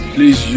Please